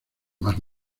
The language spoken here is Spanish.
más